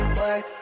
work